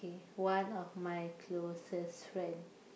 K one of my closest friend